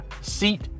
seat